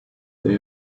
they